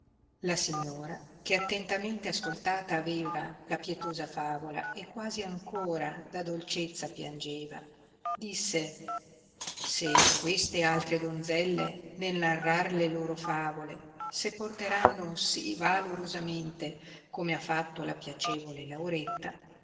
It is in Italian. la signora che attentamente ascoltata aveva la pietosa favola e quasi ancora da dolcezza piangeva disse se queste altre donzelle nel narrar le loro favole se porteranno sì valorosamente come ha fatto la piacevole lauretta